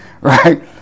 right